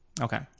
Okay